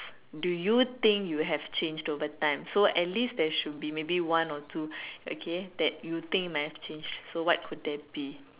do you think you have changed over time so at least there should be maybe one or two okay that you think might have changed so what could that be